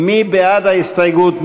מי בעד ההסתייגות?